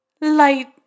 light